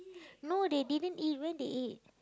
no they didn't eat when they eat